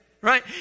right